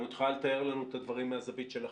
את יכולה לתאר לנו את הדברים מהזווית שלכם?